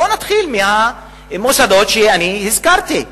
בואו ונתחיל מהמוסדות שאני הזכרתי.